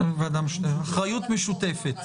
באחריות משותפת